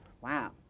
Wow